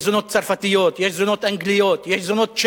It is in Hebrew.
יש זונות צרפתיות,